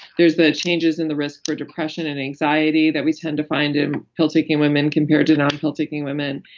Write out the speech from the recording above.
there's the changes in the risk for depression and anxiety that we tend to find in pill taking women compared to non-pill taking women.